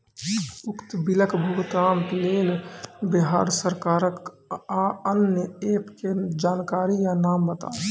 उक्त बिलक भुगतानक लेल बिहार सरकारक आअन्य एप के जानकारी या नाम बताऊ?